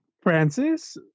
Francis